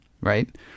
Right